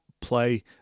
play